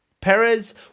Perez